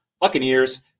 Buccaneers